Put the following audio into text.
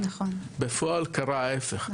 בפועל קרה ההיפך,